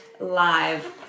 live